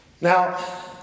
Now